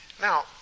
Now